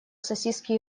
сосиски